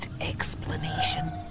explanation